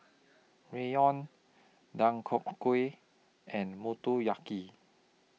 Ramyeon Deodeok Gui and Motoyaki